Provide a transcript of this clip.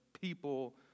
people